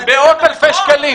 מאות אלפי שקלים.